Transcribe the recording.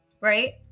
right